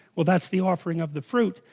well that's the offering of the fruit,